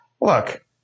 Look